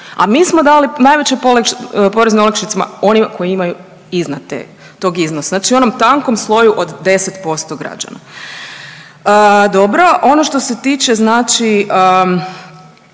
a mi smo dali najveće porezne olakšice onima koji imaju iznad tog iznosa, znači onom tankom sloju od 10% građana. Dobro. Ono što se tiče ne